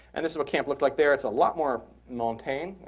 and this is what camp looked like there. it's a lot more montane.